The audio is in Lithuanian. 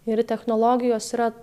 ir technologijos yra